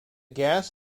gas